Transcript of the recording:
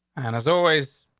and as always,